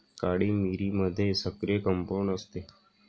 काळी मिरीमध्ये सक्रिय कंपाऊंड असते